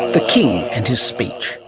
the king and his speech.